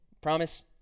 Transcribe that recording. promise